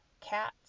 cats